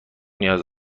نیاز